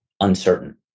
uncertain